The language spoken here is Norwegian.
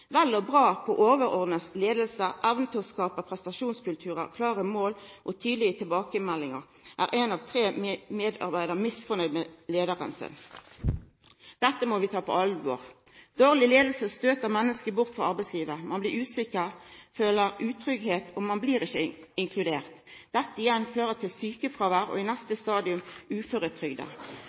vel og bra på overordna leiing. Når det gjeld evna til å skapa prestasjonskulturar, klare mål og tydelege tilbakemeldingar, er ein av tre medarbeidarar misnøgde med leiaren sin. Dette må vi ta på alvor. Dårleg leiing støyter menneske bort frå arbeidslivet. Ein blir usikker, føler utryggleik og blir ikkje inkludert. Dette fører igjen til sjukefråvær og i neste